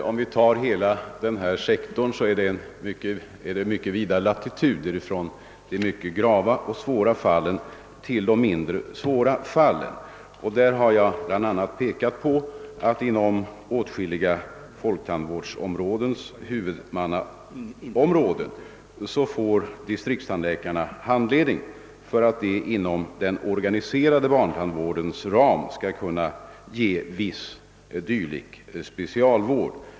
Om vi tar hela denna sektor i betraktande, ser vi att latituderna är mycket vida från de mycket grava och svåra fallen till de mindre svåra. Jag har bl.a. pekat på att distriktstandläkarna inom åtskilliga av folktandvårdens huvudmannaområden får handledning för att de inom den organiserade barntandvårdens ram skall kunna ge viss dylik specialvård.